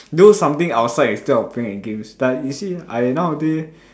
do something outside instead of playing a games like you see I nowadays